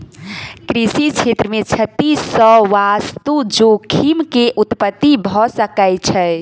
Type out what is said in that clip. कृषि क्षेत्र मे क्षति सॅ वास्तु जोखिम के उत्पत्ति भ सकै छै